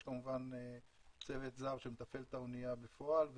יש כמובן צוות זר שמתפעל בפועל את האנייה,